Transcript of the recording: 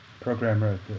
programmer